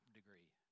degree